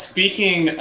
Speaking